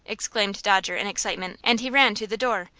exclaimed dodger, in excitement, and he ran to the door,